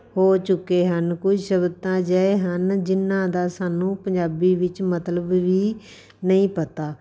ਹੋ ਚੁੱਕੇ ਹਨ ਕੁਝ ਸ਼ਬਦ ਤਾਂ ਅਜਿਹੇ ਹਨ ਜਿਨ੍ਹਾਂ ਦਾ ਸਾਨੂੰ ਪੰਜਾਬੀ ਵਿੱਚ ਮਤਲਬ ਵੀ ਨਹੀਂ ਪਤਾ